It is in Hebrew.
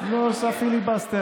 לא עושה פיליבסטר.